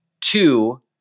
two